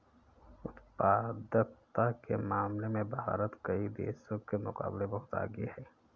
उत्पादकता के मामले में भारत कई देशों के मुकाबले बहुत आगे है